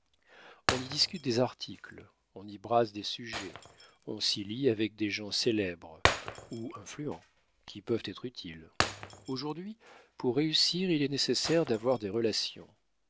on y discute des articles on y brasse des sujets on s'y lie avec des gens célèbres ou influents qui peuvent être utiles aujourd'hui pour réussir il est nécessaire d'avoir des relations